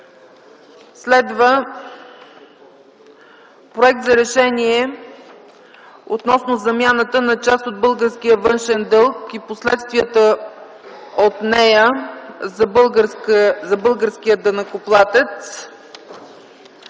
колеги, Проект за „РЕШЕНИЕ относно замяната на част от българския външен дълг и последствията от нея за българския данъкоплатец.